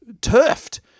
turfed